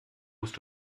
musst